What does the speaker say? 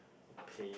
to pay